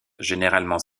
généralement